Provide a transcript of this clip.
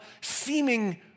seeming